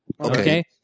Okay